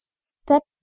step